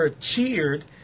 cheered